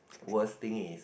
worst thing is